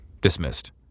Dismissed